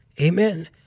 Amen